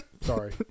Sorry